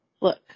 look